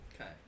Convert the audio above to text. Okay